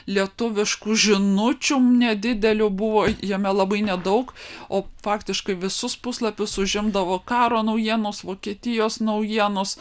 lietuviškų žinučių nedidelių buvo jame labai nedaug o faktiškai visus puslapius užimdavo karo naujienos vokietijos naujienos